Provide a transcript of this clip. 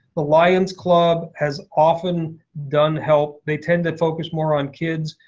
the lion's club has often done help. they tend to focus more on kids,